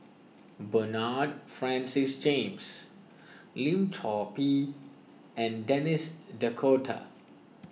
Bernard Francis James Lim Chor Pee and Denis D'Cotta